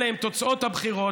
אלה תוצאות הבחירות.